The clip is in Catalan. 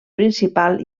principal